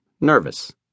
nervous